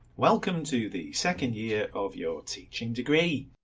welcome to the second year of your teaching degree.